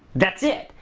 that's it.